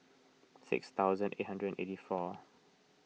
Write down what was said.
six thousand eight hundred and eighty four